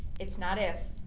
it's not if,